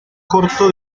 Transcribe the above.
corto